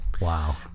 Wow